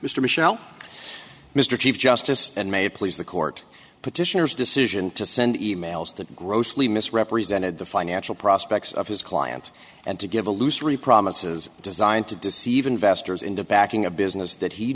mr michel mr chief justice and may it please the court petitioners decision to send e mails that grossly misrepresented the financial prospects of his client and to give illusory promises designed to deceive investors into backing a business that he